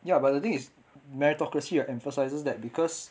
ya but the thing is meritocracy right emphasises that because